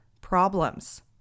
problems